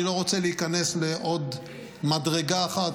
אני לא רוצה להיכנס לעוד מדרגה אחת,